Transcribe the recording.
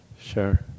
Sure